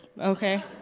okay